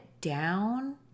down